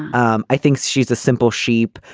um i think she's a simple sheep.